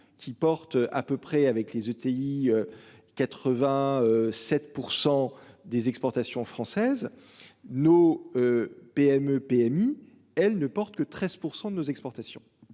qui porte à peu près avec les uti. 87% des exportations françaises. Nos. PME PMI elle ne porte que 13% de nos exportations